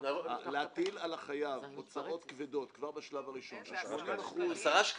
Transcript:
להטיל על החייב הוצאות כבדות כבר בשלב הראשון --- 10 שקלים?